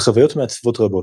וחוויות מעצבות רבות,